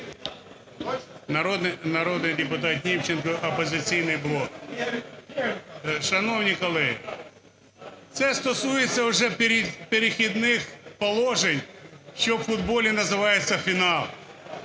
Народний депутат Німченко, "Опозиційний блок". Шановні колеги, це стосується вже "Перехідних положень", що у футболі називається фінал.